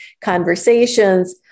conversations